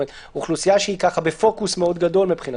אוכלוסייה שהיא ככה בפוקוס מאוד גדול מבחינתכם.